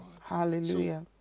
Hallelujah